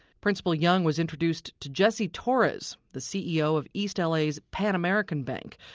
principal young was introduced to jesse torres, the ceo of east l a s pan american bank.